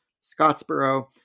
Scottsboro